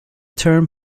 term